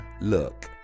look